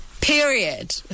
period